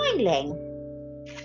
smiling